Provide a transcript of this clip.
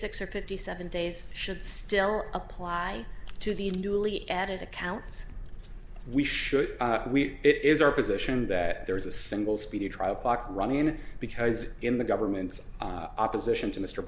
or fifty seven days should still apply to the newly added accounts we should we it is our position that there is a single speedy trial clock running because in the government's opposition to mr